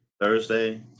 thursday